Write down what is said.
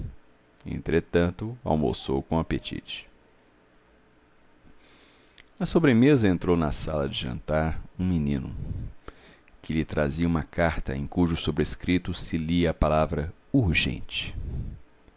entretanto almoçou com apetite à sobremesa entrou na sala de jantar um menino que lhe trazia uma carta em cujo sobrescrito se lia a palavra urgente